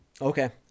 Okay